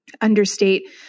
understate